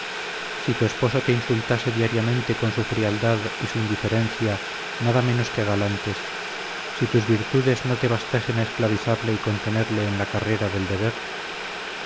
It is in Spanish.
si tu esposo te insultase diariamente con su frialdad y su indiferencia nada menos que galantes si tus virtudes no te bastasen a esclavizarle y contenerle en la carrera del deber